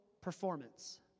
performance